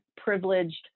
privileged